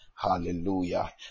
Hallelujah